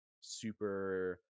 super